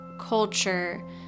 culture